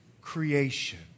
creation